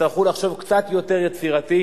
יצטרכו לחשוב קצת יותר יצירתי,